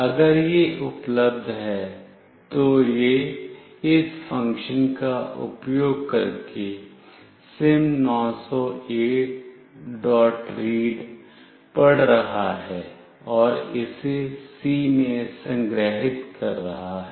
अगर यह उपलब्ध है तो यह इस फ़ंक्शन का उपयोग करके SIM900Aread पढ़ रहा है और इसे c में संग्रहीत कर रहा है